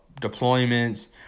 deployments